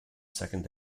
second